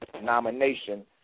nomination